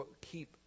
keep